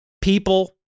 people